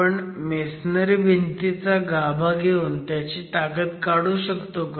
आपण मेसनरी भिंतींचा गाभा घेऊन त्याची ताकद काढू शकतो का